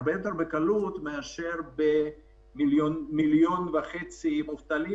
הרבה יותר בקלות מאשר ב-1.5 מיליון מובטלים